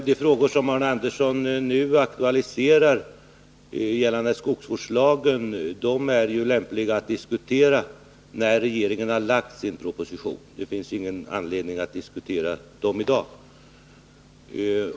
De frågor gällande skogsvårdslagen som Arne Andersson i Ljung nu aktualiserar är lämpliga att diskutera när regeringen har lagt fram sin proposition. Det finns ingen anledning att diskutera dem i dag.